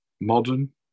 modern